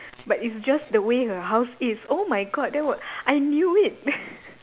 but it's just the way her house is oh my god that was I knew it